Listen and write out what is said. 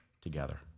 together